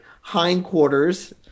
hindquarters